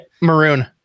maroon